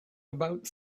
about